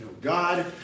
God